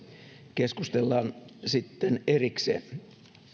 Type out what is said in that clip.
keskustellaan sitten erikseen